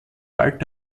bald